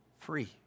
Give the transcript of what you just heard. free